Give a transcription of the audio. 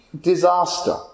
disaster